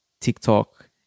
TikTok